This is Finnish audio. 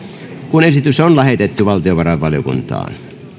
kun esitys on lähetetty valtiovarainvaliokuntaan